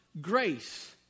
grace